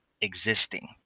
existing